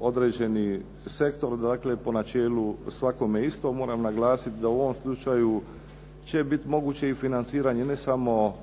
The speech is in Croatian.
određeni sektor, dakle po načelu svakome isto. Moram naglasiti da u ovom slučaju će biti moguće i financiranje ne samo